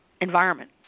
environment